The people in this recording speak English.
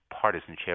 partisanship